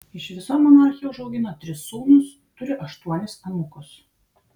iš viso monarchė užaugino tris sūnus turi aštuonis anūkus